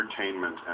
entertainment